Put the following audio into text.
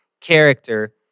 character